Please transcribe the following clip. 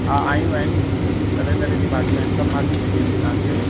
हा आहियूं आहिनि तरह तरह जी भाॼियूं आहिनि सभ भाॼियूं मिली वेंदी तव्हांखे